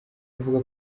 avuga